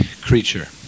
creature